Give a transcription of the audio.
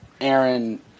Aaron